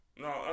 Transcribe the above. No